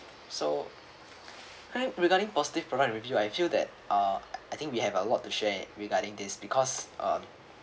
so hi regarding positive product review I feel that uh I think we have a lot to share regarding this because uh